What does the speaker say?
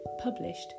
published